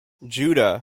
judah